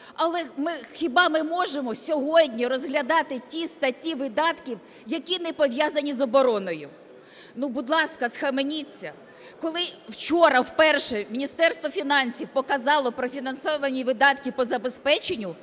але хіба ми можемо сьогодні розглядати ті статті видатків, які не пов'язані з обороною? Будь ласка, схаменіться! Коли вчора вперше Міністерство фінансів показало профінансовані видатки по забезпеченню,